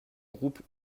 groupe